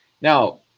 Now